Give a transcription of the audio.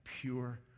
pure